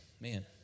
Man